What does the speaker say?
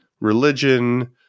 religion